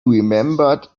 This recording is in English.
remembered